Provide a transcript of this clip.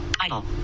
Idle